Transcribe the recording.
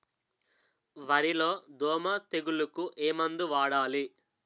వరిలో దోమ తెగులుకు ఏమందు వాడాలి?